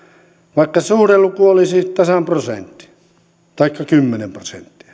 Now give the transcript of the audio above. vaikka suhdeluku olisi tasan prosentti taikka kymmenen prosenttia